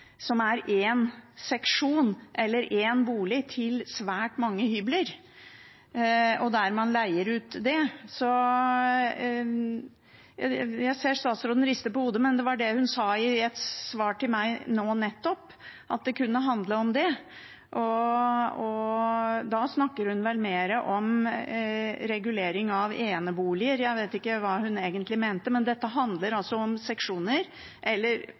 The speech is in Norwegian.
som er én seksjon eller én bolig, til svært mange hybler som man så leier ut. Jeg ser statsråden rister på hodet, men det hun sa i et svar til meg nå nettopp, var at det kunne handle om det. Da snakker hun vel mer om regulering av eneboliger. Jeg vet ikke hva hun egentlig mente, men dette handler om seksjoner eller